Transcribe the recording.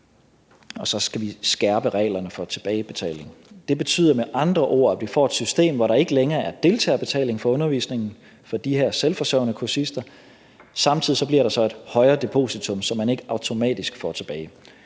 Og så skal vi skærpe reglerne for tilbagebetaling. Det betyder med andre ord, at vi får et system, hvor der ikke længere er deltagerbetaling for undervisningen for de her selvforsørgende kursister. Samtidig bliver der så et højere depositum, som man ikke automatisk får tilbage.